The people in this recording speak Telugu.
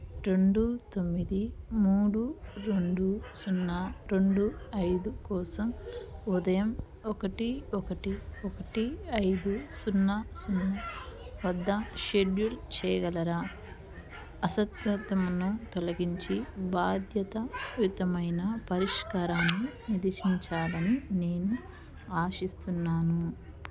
రెండు తొమ్మిది మూడు రెండు సున్నా రెండు ఐదు కోసం ఉదయం ఒకటి ఒకటి ఒకటి ఐదు సున్నా సున్నా వద్ద షెడ్యూల్ చెయ్యగలరా అశుద్ధతను తొలగించి భాద్యతాయుతమైన పరిష్కారాన్ని నిర్దేశించాలని నేను ఆశిస్తున్నాను